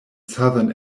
southern